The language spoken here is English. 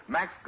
Max